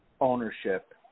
ownership